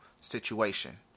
situation